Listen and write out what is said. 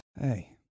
Hey